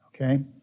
okay